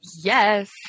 yes